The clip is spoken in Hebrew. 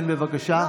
כן, בבקשה.